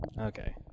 Okay